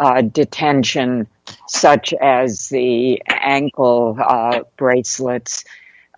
a detention such as the ankle bracelets